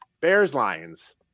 Bears-Lions –